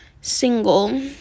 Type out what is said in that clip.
single